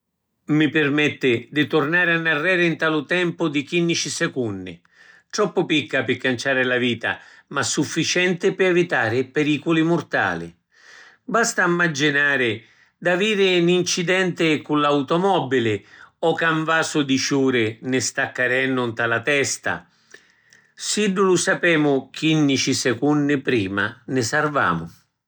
Mi pirmetti di turnari annarreri nta lu tempu di quinnici secunni. Troppu picca pi canciari la vita, ma sufficienti pi evitari piriculi murtali. Basta immaginari d’aviri ‘n incidenti cu l’automobili o ca ‘n vasu di ciuri ni sta carennu nta la testa. Siddu lu sapemu quinnici secunni prima, ni salvamu.